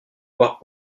boire